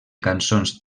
cançons